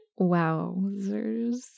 Wowzers